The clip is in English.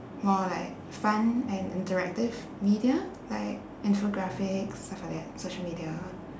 more like fun and interactive media like infographics stuff like that social media